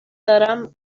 دارم